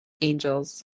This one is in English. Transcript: angels